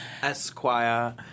Esquire